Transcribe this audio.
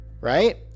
right